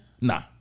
Nah